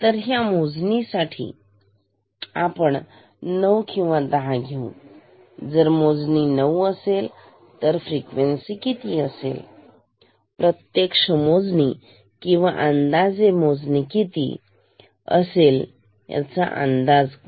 तर ह्या मोजण्यासाठी आपण नऊ किंवा दहा घेऊ जर मोजणी 9 असेल तर फ्रिक्वेन्सी किती असेल प्रत्यक्ष मोजणी आणि अंदाजे मोजणी किती असेल काय अंदाज आहे